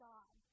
God